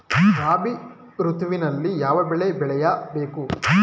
ರಾಬಿ ಋತುವಿನಲ್ಲಿ ಯಾವ ಬೆಳೆ ಬೆಳೆಯ ಬೇಕು?